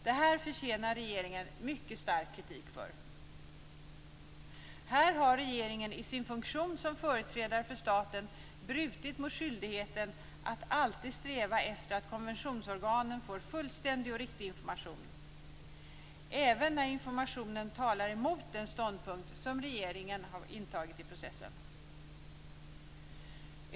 Det här förtjänar regeringen mycket stark kritik för. Här har regeringen i sin funktion som företrädare för staten brutit mot skyldigheten att alltid sträva efter att konventionsorganen får fullständig och riktig information - även när informationen talar emot den ståndpunkt som regeringen har intagit i processen.